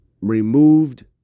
removed